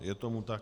Je tomu tak.